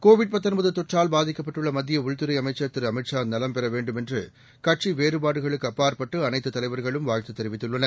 Covid தொற்றால் பாதிக்கப்பட்டுள்ள மத்திய உள்துறை அமைச்சர் திரு அமித் ஷா நலம் பெற வேண்டும் என்று கட்சி வேறுபாடுகளுக்கு அப்பாற்பட்டு அனைத்து தலைவர்களும் வாழ்த்து தெரிவித்துள்ளனர்